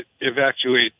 evacuate